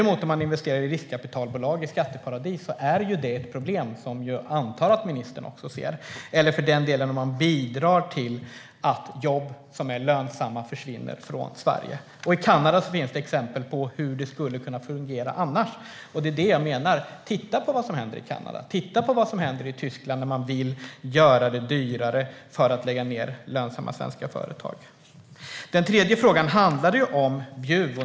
Men att investera i riskkapitalbolag i skatteparadis är ett problem som jag antar att ministern också ser, eller att bidra till att jobb som är lönsamma försvinner från Sverige. I Kanada finns exempel på hur det skulle kunna fungera annars. Titta på vad som händer i Kanada! Titta på vad som händer i Tyskland där man vill göra det dyrare att lägga ned lönsamma företag! Den tredje frågan handlade om Bjuv.